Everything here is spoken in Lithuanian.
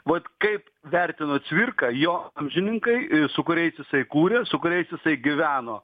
vat kaip vertino cvirką jo amžininkai su kuriais jisai kūrė su kuriais jisai gyveno